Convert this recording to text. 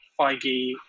Feige